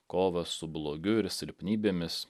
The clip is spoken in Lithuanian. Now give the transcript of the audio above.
kovą su blogiu ir silpnybėmis